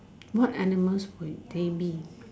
what animals would they be